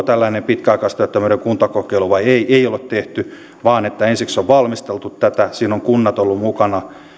tällainen pitkäaikaistyöttömyyden kuntakokeilu vai ei ei olla tehty vaan ensiksi on valmisteltu tätä siinä ovat kunnat olleet mukana